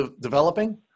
developing